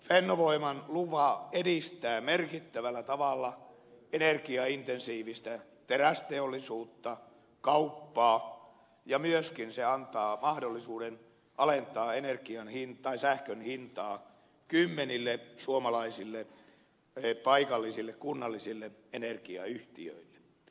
fennovoiman lupa edistää merkittävällä tavalla energiaintensiivistä terästeollisuutta kauppaa ja myöskin se antaa mahdollisuuden alentaa sähkön hintaa kymmenille suomalaisille paikallisille kunnallisille energiayhtiöille